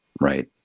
Right